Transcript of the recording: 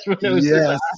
Yes